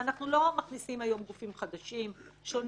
אנחנו לא מכניסים היום גופים חדשים ושונים,